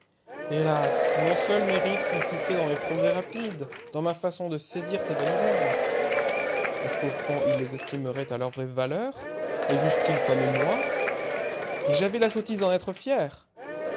hélas mon seul mérite consistait dans mes progrès rapides dans ma façon de saisir ces balivernes est-ce qu'au fond ils les estimeraient à leur vraie valeur les jugent ils comme moi et j'avais la sottise d'en être fier